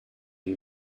you